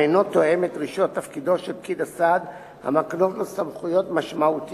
ואינו תואם את דרישות תפקידו של פקיד הסעד המקנות לו סמכויות משמעותיות,